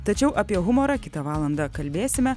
tačiau apie humorą kitą valandą kalbėsime